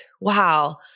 wow